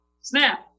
snap